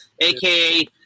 Aka